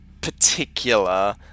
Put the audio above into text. particular